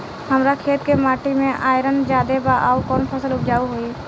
हमरा खेत के माटी मे आयरन जादे बा आउर कौन फसल उपजाऊ होइ?